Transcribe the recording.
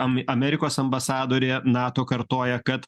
am amerikos ambasadorė nato kartoja kad